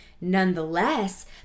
Nonetheless